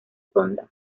sonda